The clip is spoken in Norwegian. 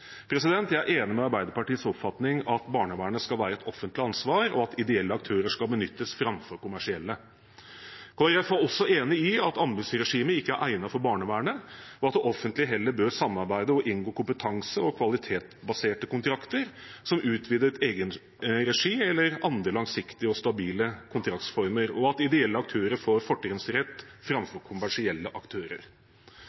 Jeg er enig i Arbeiderpartiets oppfatning om at barnevernet skal være et offentlig ansvar, og at ideelle aktører skal benyttes framfor kommersielle. Kristelig Folkeparti er også enig i at anbudsregimet ikke er egnet for barnevernet, og at det offentlige heller bør samarbeide og inngå kompetanse- og kvalitetsbaserte kontrakter, som utvidet egenregi eller andre langsiktige og stabile kontraktsformer, og at ideelle aktører får fortrinnsrett